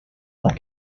like